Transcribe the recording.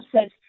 says